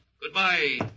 Goodbye